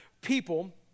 people